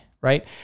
Right